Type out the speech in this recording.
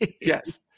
Yes